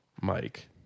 Mike